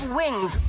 wings